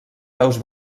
peus